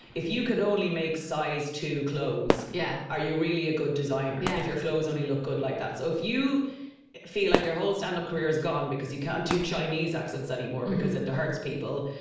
if you could only make size two clothes yeah are you really a good designer? yeah if your clothes only look good like that. so if you feel like your whole stand up career is gone because you can't do chinese accents anymore because it hurts people.